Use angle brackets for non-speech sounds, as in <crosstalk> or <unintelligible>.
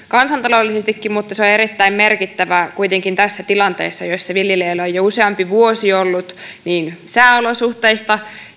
<unintelligible> kansantaloudellisestikin mutta se on erittäin merkittävää kuitenkin tässä tilanteessa jossa viljelijöillä on jo useampi vuosi ollut niin sääolosuhteista